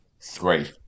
Three